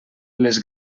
les